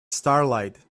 starlight